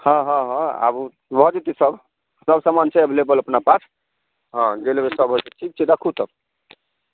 हँ हँ हँ आबू ने भऽ जेतै सभ सभ समान छै एवलेबल अपना पास हँ जे लेबै सभ ठीक छै रखू तब